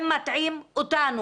הם מטעים אותנו.